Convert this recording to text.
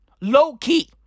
low-key